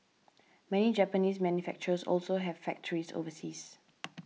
many Japanese manufacturers also have factories overseas